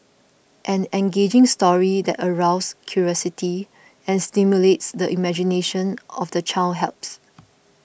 an engaging story that arouse curiosity and stimulates the imagination of the child helps